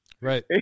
right